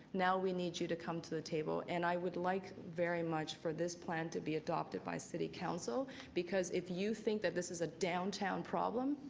now we need you to come to the table. and i would like very much for this plan to be adopted by city council because if you think that this is a downtown problem,